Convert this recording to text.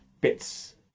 bits